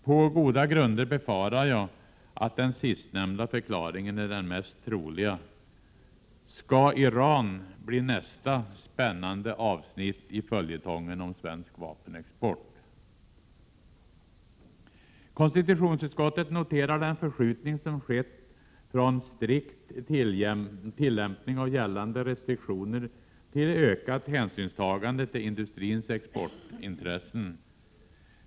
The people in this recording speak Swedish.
På goda grunder anser jag att den sistnämnda förklaringen är den mest troliga. Skall Iran bli nästa spännande avsnitt i följetongen om svensk vapenexport? Konstitutionsutskottet noterar den förskjutning som har skett från strikt tillämpning av gällande restriktioner till ökat hänsynstagande till industrins exportintressen.